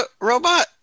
robot